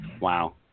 wow